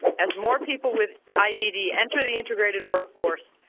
as more people with i dd enter the integrated workforce,